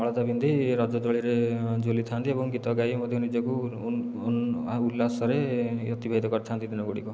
ଅଳତା ପିନ୍ଧି ରଜ ଦୋଳିରେ ଝୁଲିଥାନ୍ତି ଏବଂ ଗୀତ ଗାଇ ମଧ୍ୟ ନିଜକୁ ଆଉ ଉଲ୍ଲାସରେ ଅତିବାହିତ କରିଥାନ୍ତି ଦିନ ଗୁଡ଼ିକ